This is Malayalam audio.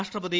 രാഷ്ട്രപതി